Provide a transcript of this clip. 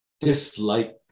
dislike